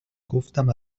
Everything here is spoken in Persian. گفتم